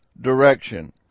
direction